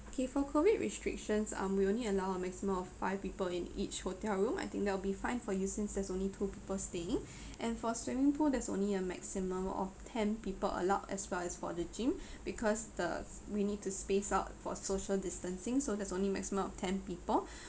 okay for COVID restrictions um we only allow a maximum of five people in each hotel room I think that will be fine for you since there's only two people staying and for swimming pool there's only a maximum of ten people allowed as well as for the gym because the we need to space out for social distancing so there's only maximum of ten people